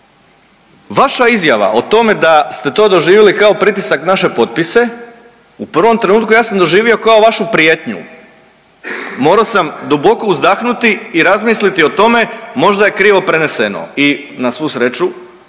Vaša izjava o tome da ste to doživjeli kao pritisak naše potpise u prvom trenutku ja sam doživio kao vašu prijetnju, moro sam duboko uzdahnuti i razmisliti o tome možda je krivo preneseno i na svu sreću,